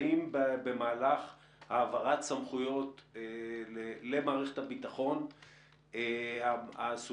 האם במהלך העברת סמכויות למערכת הביטחון הסוגיה